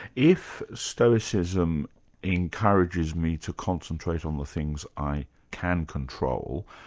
if stoicism encourages me to concentrate on the things i can control,